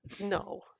No